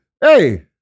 hey